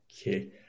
Okay